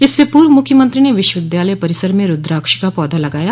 इससे पूर्व मुख्यमंत्री ने विश्वविद्यालय परिसर में रूद्राक्ष का पौधा लगाया